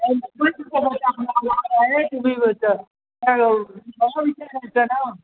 तुम्ही विचारायचं ना